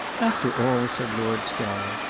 after all, said lord skye,